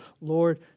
Lord